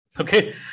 Okay